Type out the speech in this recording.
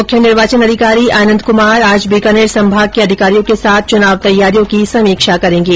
मुख्य निर्वाचन अधिकारी आनंद कुमार आज बीकानेर संभाग के अधिकारियों के साथ चुनाव तैयारियों की समीक्षा करेंगे